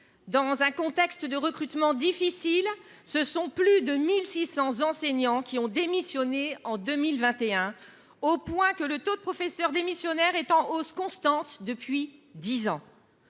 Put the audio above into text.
Dans un contexte de recrutement difficile, plus de 1 600 enseignants ont démissionné en 2021. Le taux de professeurs démissionnaires est même en hausse constante depuis dix ans.